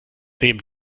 neben